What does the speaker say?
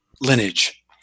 lineage